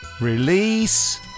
release